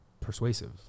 persuasive